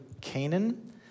Canaan